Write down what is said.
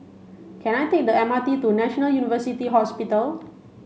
can I take the M R T to National University Hospital